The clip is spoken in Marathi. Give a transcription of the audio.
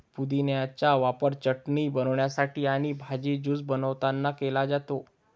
पुदिन्याचा वापर चटणी बनवण्यासाठी आणि भाजी, ज्यूस बनवतांना केला जातो